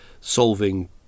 solving